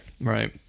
Right